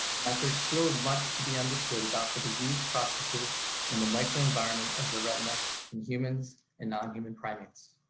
that there's still much to be understood about the disease processes and the micro environment of the retina in humans and non-human primates.